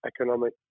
economic